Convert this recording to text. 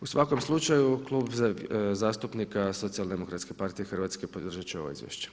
U svakom slučaju Klub zastupnika Socijaldemokratske partije Hrvatske podržat će ovo izvješće.